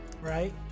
right